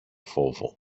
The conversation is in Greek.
φόβο